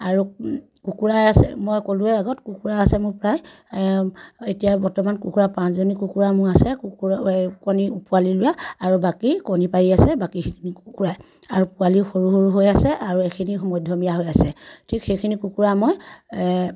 আৰু কুকুৰা আছে মই ক'লোৱে আগত কুকুৰা আছে মোৰ প্ৰায় এতিয়া বৰ্তমান কুকুৰা পাঁচজনী কুকুৰা মোৰ আছে কুকুৰ কণী পোৱালি ওলিওৱা আৰু বাকী কণী পাৰি আছে বাকী সেইখিনি কুকুৰাই আৰু পোৱালি সৰু সৰু হৈ আছে আৰু এখিনি মধ্যমীয়া হৈ আছে ঠিক সেইখিনি কুকুৰা মই